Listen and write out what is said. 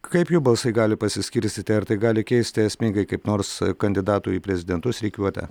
kaip jų balsai gali pasiskirstyti ar tai gali keisti esmingai kaip nors kandidatų į prezidentus rikiuotę